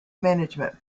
management